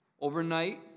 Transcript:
Overnight